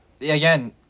again